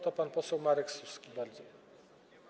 To pan poseł Marek Suski, bardzo.